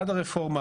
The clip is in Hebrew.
עד הרפורמה,